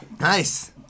Nice